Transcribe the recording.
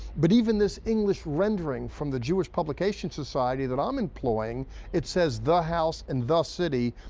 but even this english rendering from the jewish publication society that i'm employing it says the house and the city,